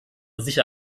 sicher